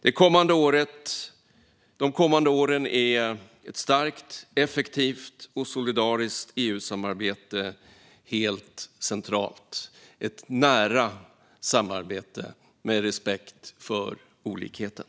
De kommande åren är ett starkt, effektivt och solidariskt EU-samarbete helt centralt - ett nära samarbete med respekt för olikheter.